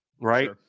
right